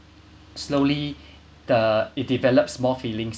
slowly the it develops more feelings